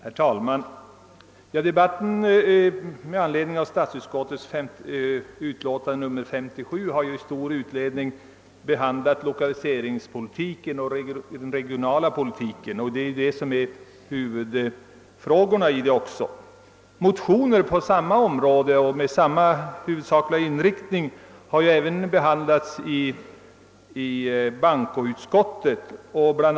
Herr talman! Debatten med anledning av statsutskottets utlåtande nr 57 har ju i stor utsträckning behandlat lokaliseringspolitiken och den regionala politiken, vilka ju också är huvudfrågorna i utlåtandet. Motioner på samma område och med samma huvudsakliga inriktning har även behandlats i bankoutskottet. Bl.